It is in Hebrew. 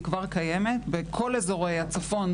היא כבר קיימת בכל אזורי הצפון,